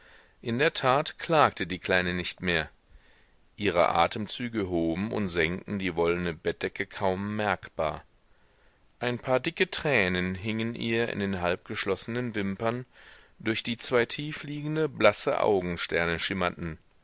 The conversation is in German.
in der tat klagte die kleine nicht mehr ihre atemzüge hoben und senkten die wollene bettdecke kaum merkbar ein paar dicke tränen hingen ihr in den halbgeschlossenen wimpern durch die zwei tiefliegende blasse augensterne schimmerten